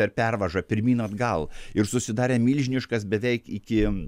per pervažą pirmyn atgal ir susidarė milžiniškas beveik iki